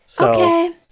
Okay